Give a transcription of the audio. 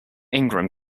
ingram